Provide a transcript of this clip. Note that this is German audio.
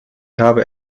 habe